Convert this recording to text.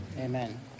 Amen